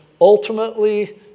Ultimately